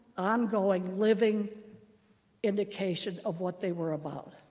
ongoing, living indication of what they were about.